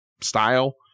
style